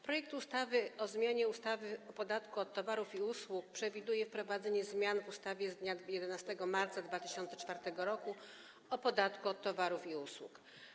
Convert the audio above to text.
Projekt ustawy o zmianie ustawy o podatku od towarów i usług przewiduje wprowadzenie zmian w ustawie z dnia 11 marca 2004 r. o podatku od towarów i usług.